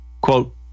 Quote